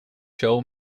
show